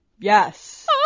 Yes